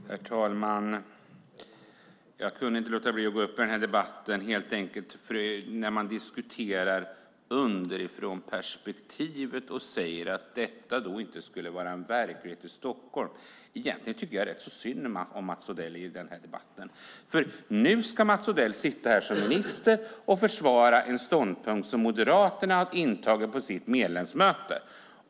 Herr talman! Jag kunde helt enkelt inte låta bli att gå upp i den här debatten. Man diskuterar underifrånperspektivet och säger att detta inte skulle vara en verklighet i Stockholm. Egentligen tycker jag rätt så synd om Mats Odell i den här debatten. Nu ska Mats Odell stå här som ministern och försvara en ståndpunkt som Moderaterna har intagit på sitt medlemsmöte.